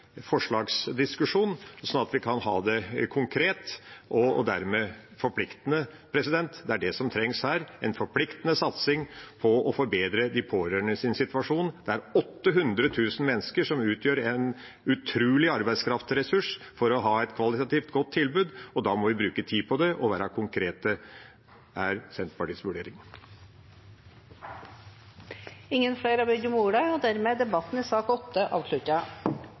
at vi kan ha det konkret, og dermed forpliktende. Det er det som trengs – en forpliktende satsing for å forbedre de pårørendes situasjon. Det er 800 000 mennesker som utgjør en utrolig arbeidskraftsressurs for et kvalitativt godt tilbud, og da må vi bruke tid på det og være konkrete. Det er Senterpartiets vurdering. Flere har ikke bedt om ordet til sak nr. 8. Posisjoner og politiske verv er ikke et mål i